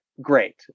Great